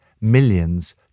millions